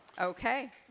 Okay